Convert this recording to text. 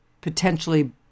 potentially